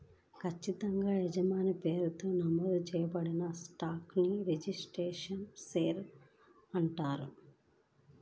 ఖచ్చితంగా యజమాని పేరుతో నమోదు చేయబడిన స్టాక్ ని రిజిస్టర్డ్ షేర్ అంటారు